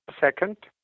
Second